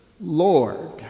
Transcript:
Lord